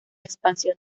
expansión